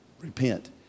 repent